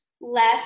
left